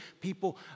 people